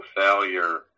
failure